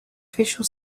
official